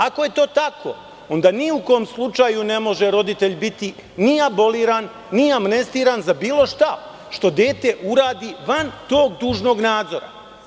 Ako je to tako, onda ni u kom slučaju ne može roditelj biti ni aboliran, ni amnestiran za bilo šta što dete uradi van tog dužnog nadzora.